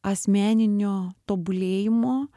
asmeninio tobulėjimo